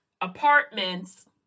apartments